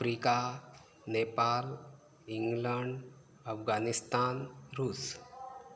Africa Nepal England Afghanistan रुस